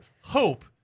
hope